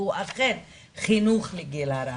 והוא אכן חינוך לגיל הרך,